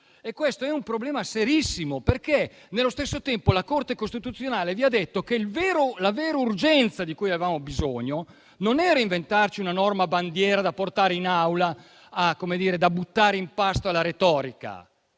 Questo è un problema serissimo, perché allo stesso tempo la Corte costituzionale ha detto che la vera urgenza che avevamo non era quella di inventarci una norma bandiera da portare in Aula, come dire, da buttare in pasto alla retorica;